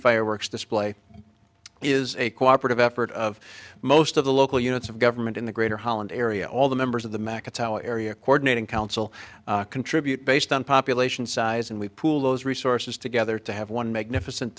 fireworks display is a cooperative effort of most of the local units of government in the greater holland area all the members of the makah tau area coordinating council contribute based on population size and we pool those resources together to have one magnificent